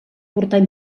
portar